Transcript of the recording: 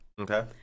Okay